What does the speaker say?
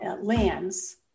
lands